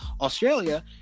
Australia